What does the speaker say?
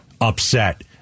upset